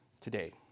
today